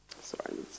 Sorry